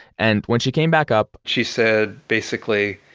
and when she came back up she said basically,